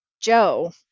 Joe